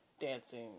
dancing